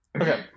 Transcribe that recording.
Okay